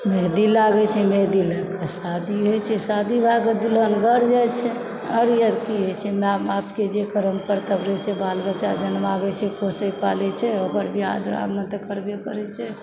मेहदी लागै छै मेहदी लगाकऽ शादी होइ छै शादी भए कऽ दुल्हन घर जाइ छै आओर आर की होइ छै माय बापके जे करम कर्तव्य छै बाल बच्चा जन्माबै छै पोषै पालै छै ओकर बिआह दुरागमन तऽ करबे करै छै